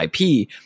IP